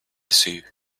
sue